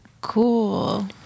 Cool